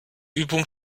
übung